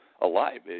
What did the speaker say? alive